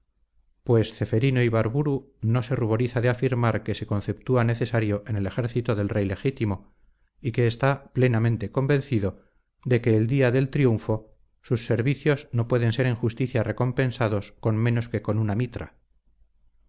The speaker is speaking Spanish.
pues ceferino ibarburu no se ruboriza de afirmar que se conceptúa necesario en el ejército del rey legítimo y que está plenamente convencido de que el día del triunfo sus servicios no pueden ser en justicia recompensados con menos que con una mitra